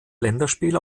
länderspiel